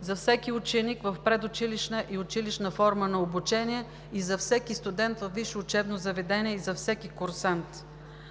за всеки ученик в предучилищна и училищна форма на обучение, за всеки студент във висше учебно заведение и за всеки курсант,